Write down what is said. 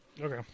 Okay